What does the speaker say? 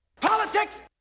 Politics